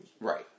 Right